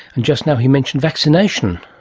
and just now he mentioned vaccination.